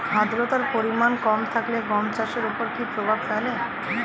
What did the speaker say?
আদ্রতার পরিমাণ কম থাকলে গম চাষের ওপর কী প্রভাব ফেলে?